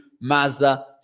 Mazda